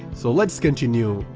so let's continue.